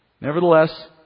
Nevertheless